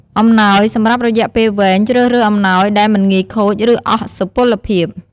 អំណោយសម្រាប់រយៈពេលវែង ជ្រើសរើសអំណោយដែលមិនងាយខូច ឬអស់សុពលភាព។